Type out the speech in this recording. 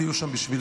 תהיו שם בשבילם.